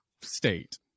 state